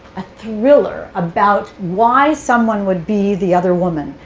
a thriller about why someone would be the other woman.